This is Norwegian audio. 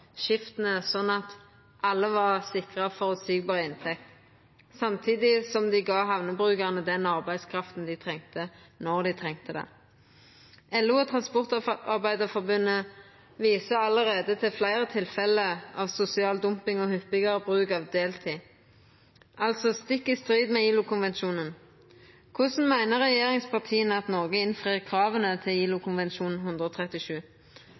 skifta slik at alle var sikra føreseieleg inntekt, samtidig som dei gav hamnebrukarane den arbeidskrafta dei trengde, når dei trengde ho. LO og Transportarbeidarforbundet viser allereie til fleire tilfelle av sosial dumping og hyppigare bruk av deltid, altså stikk i strid med ILO-konvensjonen. Korleis meiner regjeringspartia at Noreg innfrir krava til ILO-konvensjon 137?